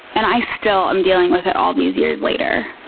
and i still am dealing with it all these years later.